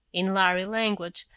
in lhari language,